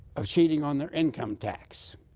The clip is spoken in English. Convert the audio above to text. of cheating on their income tax,